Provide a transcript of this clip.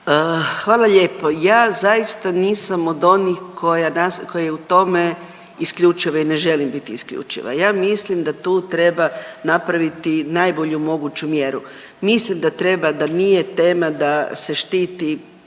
Hvala lijepo. Ja zaista nisam od onih koja je u tome isključiva i ne želim biti isključiva. Ja mislim da tu treba napraviti najbolju moguću mjeru. Mislim da treba da nije tema da se štiti,